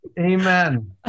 amen